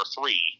three